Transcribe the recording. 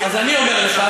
אז אני אומר לך,